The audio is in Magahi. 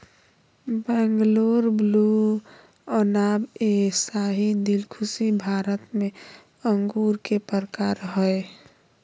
बैंगलोर ब्लू, अनाब ए शाही, दिलखुशी भारत में अंगूर के प्रकार हय